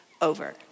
over